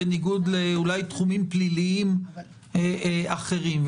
אולי בניגוד לתחומים פליליים אחרים.